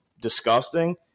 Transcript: disgusting